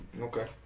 Okay